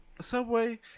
subway